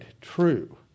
true